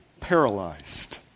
paralyzed